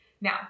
Now